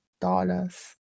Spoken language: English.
dollars